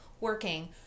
working